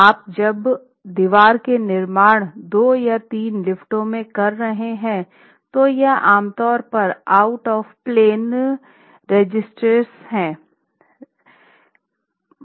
आप जब आप दीवार का निर्माण दो या तीन लिफ्टों में कर रहे है तो यह आमतौर पर आउट ऑफ़ प्लेन रेजिस्टेंस देता है